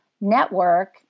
network